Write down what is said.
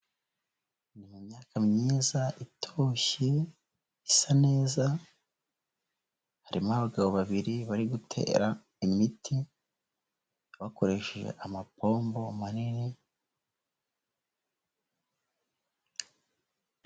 Ni myaka myiza itoshye isa neza, harimo abagabo babiri bari gutera imiti bakoresheje amapombo manini.